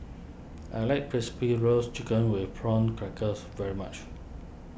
I like Crispy Roasted Chicken with Prawn Crackers very much